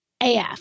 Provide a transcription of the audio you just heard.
AF